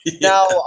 now